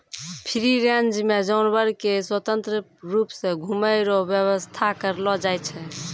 free range मे जानवर के स्वतंत्र रुप से घुमै रो व्याबस्था करलो जाय छै